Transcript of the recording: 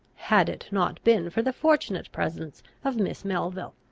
had it not been for the fortunate presence of miss melville.